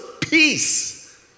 peace